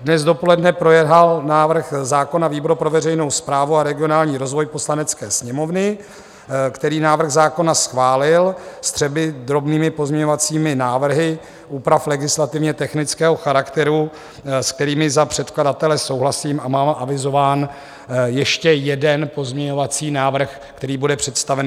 Dnes dopoledne projednal návrh zákona výbor pro veřejnou správu a regionální rozvoj Poslanecké sněmovny, který návrh zákona schválil s třemi drobnými pozměňovacími návrhy úprav legislativně technického charakteru, s kterými za předkladatele souhlasím, a mám avizován ještě jeden pozměňovací návrh, který bude představen.